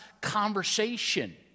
conversation